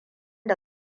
da